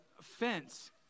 fence